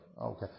Okay